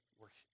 worship